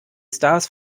stars